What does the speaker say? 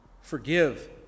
forgive